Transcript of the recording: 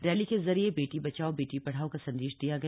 rally के जरिए बेटी बचाओ बेटी पढ़ाओ का संदेश दिया गया